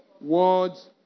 words